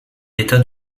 états